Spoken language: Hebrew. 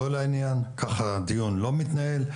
ככה דיון לא מתנהל,